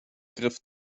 griff